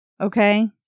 Okay